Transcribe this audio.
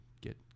get